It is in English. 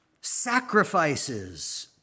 Sacrifices